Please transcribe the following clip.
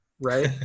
right